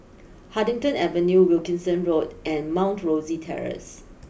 Huddington Avenue Wilkinson Road and Mount Rosie Terrace